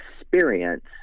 experience